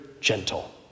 gentle